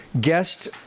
guest